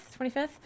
25th